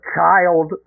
child